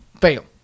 fail